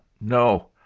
No